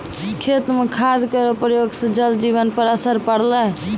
खेत म खाद केरो प्रयोग सँ जल जीवन पर असर पड़लै